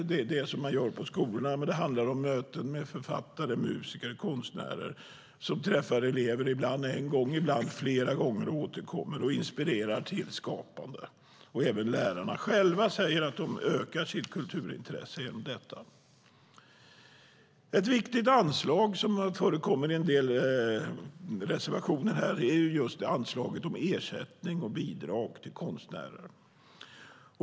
Det är det som man gör på skolan. Det handlar om möten med författare, musiker och konstnärer. De träffar elever ibland en gång, ibland flera gånger och återkommer och inspirerar till skapande. Även lärarna själva säger att de ökar sitt kulturintresse genom detta. Ett viktigt anslag som förekommer i en del reservationer är anslaget om ersättning och bidrag till konstnärer.